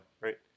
right